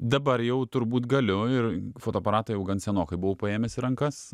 dabar jau turbūt galiu ir fotoaparatą jau gan senokai buvau paėmęs į rankas